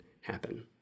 happen